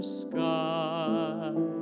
sky